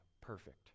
perfect